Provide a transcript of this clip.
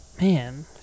man